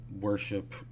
worship